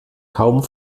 kaum